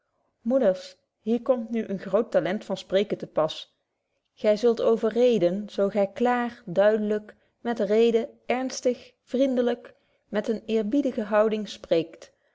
moeders hier komt nu een groot talent van spreken te pas gy zult overreden zo gy klaar duidelyk met reden ernstig vriendelyk met eene eerbiedige houding spreekt